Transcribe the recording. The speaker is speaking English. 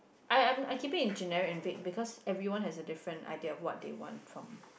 I am I keeping in generic and vague because everyone has a different idea what they want from